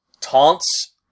taunts